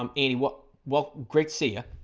um any what well great see yeah